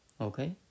Okay